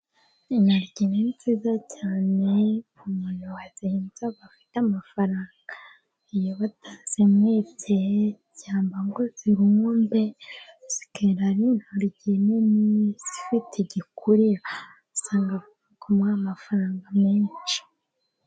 Intoryi ni nziza cyane, umuntu wazihinze aba afite amafaranga, iyo batazimwibye cyangwa ngo zirumbe, zikera ari intoryi nini zifite igikuriro, ugasanga ziri kumuha amafaranga menshi.